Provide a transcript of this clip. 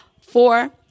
Four